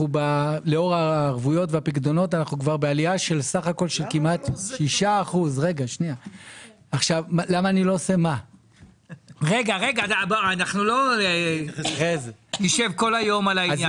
לאור הערבויות והפיקדונות אנחנו בעלייה של כמעט 6%. כלומר